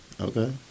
Okay